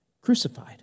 Crucified